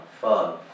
fun